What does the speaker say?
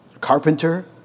carpenter